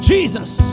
Jesus